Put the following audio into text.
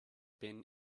been